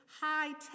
high-tech